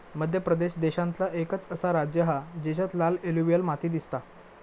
मध्य प्रदेश देशांतला एकंच असा राज्य हा जेच्यात लाल एलुवियल माती दिसता